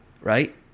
right